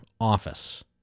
office